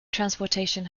transportation